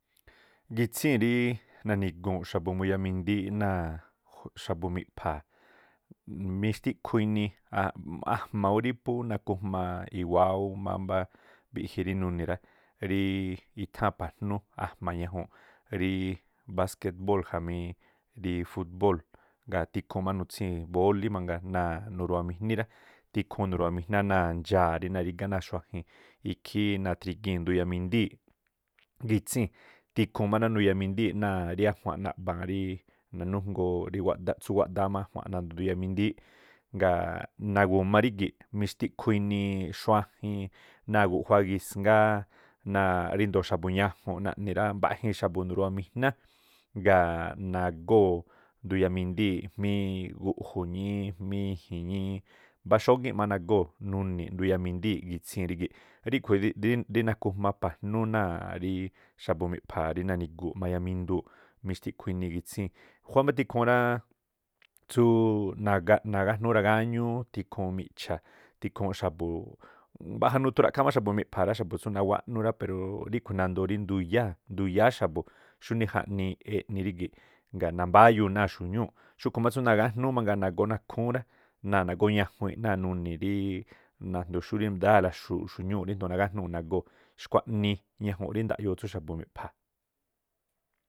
Gitsíi̱n rii nani̱guu̱nꞌ xa̱bu̱ náa̱ miꞌpha̱a̱a mixtiꞌkhu inii aj- ajma̱a ú rí pú nakujma i̱wáá ú mámbá mbiꞌji rí nuniñ rá rí i̱tháa̱n pajnu rí baskeꞌbóo̱ khamí fútꞌbóo̱l, gaa̱ tikhuun má nutsíi̱n bólí rá, tikhuu nuriuwajmíná náa̱ ndxaa̱ rí narigá ná̱a xuajin ikhí ndrigii̱n nduyámindíi̱ꞌ gitsii̱n, tikhuu nduyaminndii̱ꞌ náa̱ rí́ a̱jua̱nꞌ naꞌba̱a̱n rí nanújngoo rí waꞌdaꞌ rí tsú wáꞌdáá má nduyamindííꞌ. Ngaa̱ nagu̱ma rígi̱ꞌ mixtikhu inii xuajin náa̱ guꞌjuá gisngáá náa̱ ríndo̱o xabu jñajun na̱ni rá mbaꞌjiin xa̱bu̱ nuruwaminjá, nagoo̱ nduya mindíi̱ꞌ nagóo̱ jmiiñí gu̱ju̱ñí, jmíí iñji̱ñí mbá xógií̱ṉ nagóo̱ nduyamindíi̱ꞌ. Ríkhu rí nakujma pa̱jnú naa̱ xa̱bu̱ miꞌpha̱a̱a rí nanigu̱u̱ mayaminduu̱ gitsíi̱n, khuwá má tikhuu ráá tsú nagájnúú ragáñúú tikhuu miꞌcha̱, mbaꞌja nuthu ra̱kháá̱ má xa̱bu̱ miꞌpha̱a̱ rá, xa̱bu̱ tsú nawáꞌnú rá pero ríkhui̱ nandoo nduyáá xa̱bu̱ xúnii jaꞌnii e̱ni rígi̱ ngaa̱ nambáyúu̱ náa̱ xuñúu̱ꞌ. Xúꞌkhu̱ má tsú ngájnuu mangaa nagóo̱ nakhúu̱n rá, náa̱ nagóruñajuinꞌ nuniñ rí ajndo̱o xú nayáa̱la xu̱u̱ꞌ xuñúu̱ꞌ rínndo̱o nagájnúu̱ nagóo̱. Xkhuaꞌni ñajuunꞌ rí ndaꞌyoo tsú xa̱bu̱ miꞌpha̱a̱.